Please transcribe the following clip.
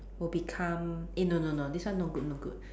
will become eh no no no this one no good no good